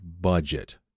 budget